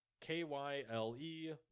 K-Y-L-E